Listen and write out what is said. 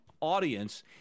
audience